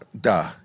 duh